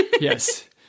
Yes